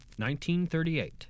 1938